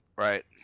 right